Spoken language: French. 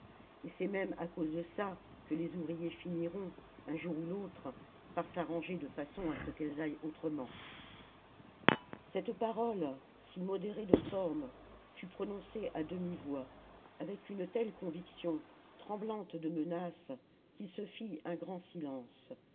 et c'est même à cause de ça que les ouvriers finiront un jour ou l'autre par s'arranger de façon à ce qu'elles aillent autrement cette parole si modérée de forme fut prononcée à demi-voix avec une telle conviction tremblante de menace qu'il se fit un grand silence